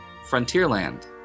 Frontierland